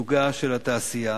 ושגשוגה של התעשייה,